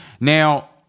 Now